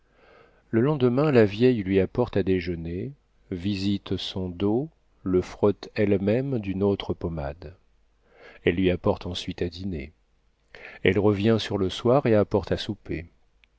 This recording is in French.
le lendemain la vieille lui apporte à déjeuner visite son dos le frotte elle-même d'une autre pommade elle lui apporte ensuite à dîner elle revient sur le soir et apporte à souper